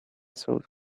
sold